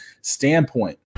standpoint